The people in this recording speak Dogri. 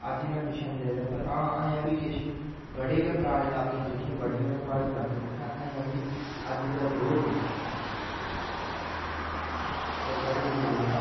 अज्ज इन्ना पिच्छे निं गेदा ऐ पर आं अजें बड़े गै पराने लाके न जेह्के बड़े गै प्हाड़ी लाके न उत्थें अजें बी अज्ज दे दौर में पर पढ़े लिखे दे लोग घट्ट न